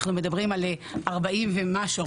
אנחנו מדברים על 40 ומשהו,